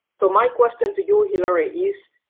so my question to you hillary is,